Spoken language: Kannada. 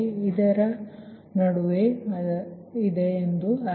ಇದರ ನಡುವೆ ಇದರ ಅರ್ಥ